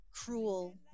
cruel